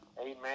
amen